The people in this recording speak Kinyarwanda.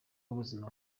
b’ubuzima